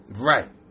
Right